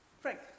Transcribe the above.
Frank